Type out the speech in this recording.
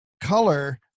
color